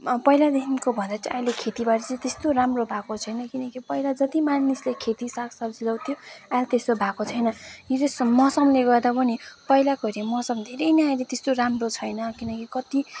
पहिलादेखिको भन्दा चाहिँ अहिले खेतीबारी चाहिँ त्यस्तो राम्रो भएको छैन किनकि पहिला जति मानिसले खेती सागसब्जी लाउँथ्यो अहिले त्यस्तो भएको छैन यो चाहिँ मौसमले गर्दा पनि पहिलाको हेरी मौसम धेरै नै अहिले त्यस्तो राम्रो छैन किनकि कति